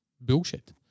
bullshit